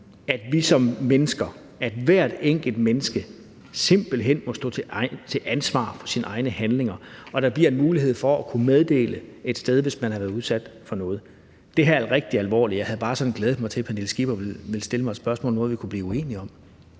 kan jo godt lide, at hvert enkelt menneske simpelt hen må stå til ansvar for sine egne handlinger, og at der bliver en mulighed for at kunne meddele det et sted, hvis man har været udsat for noget. Det her er rigtig alvorligt. Jeg havde bare sådan glædet mig til, at fru Pernille Skipper ville stille mig et spørgsmål om noget, vi kunne blive uenige om.